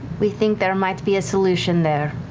we think there might be a solution there.